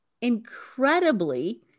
Incredibly